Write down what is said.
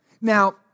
Now